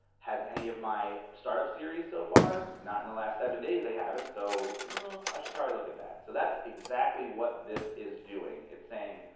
has any of my startup series so far? not in the last seven days they haven't, so i should probably look at that. so that's exactly what this is doing. it's saying,